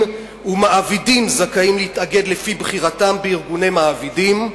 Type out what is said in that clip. ומעבידים זכאים להתאגד לפי בחירתם בארגוני מעבידים.